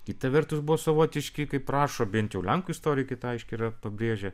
kita vertus buvo savotiški kaip rašo bent jau lenkų istorikai tą aiškiai yra pabrėžę